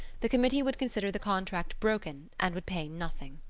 the committee would consider the contract broken and would pay nothing.